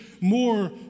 more